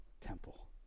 temple